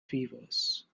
fevers